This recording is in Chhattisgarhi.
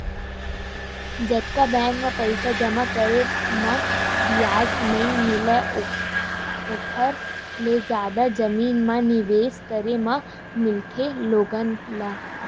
जतका बेंक म पइसा जमा करे म बियाज नइ मिलय ओखर ले जादा जमीन म निवेस करे म मिलथे लोगन ल